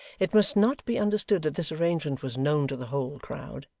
it must not be understood that this arrangement was known to the whole crowd,